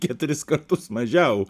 keturis kartus mažiau